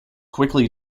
quickly